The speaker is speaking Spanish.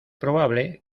probable